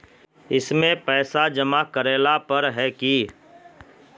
इसमें पैसा जमा करेला पर है की?